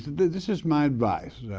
this is my advice.